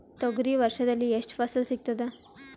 ತೊಗರಿ ವರ್ಷದಲ್ಲಿ ಎಷ್ಟು ಫಸಲ ಸಿಗತದ?